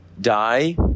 die